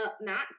Matt